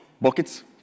buckets